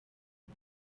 ubu